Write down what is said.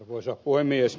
arvoisa puhemies